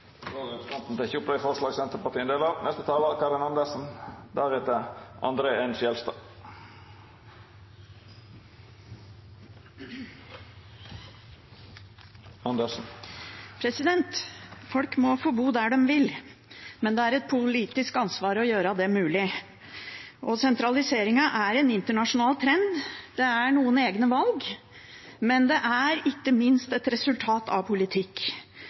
Folk må få bo der de vil, men det er et politisk ansvar å gjøre det mulig. Sentralisering er en internasjonal trend. Det er noen egne valg, men det er ikke minst et resultat av politikk.